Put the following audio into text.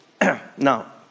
Now